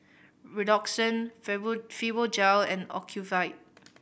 Redoxon Fibogel and Ocuvite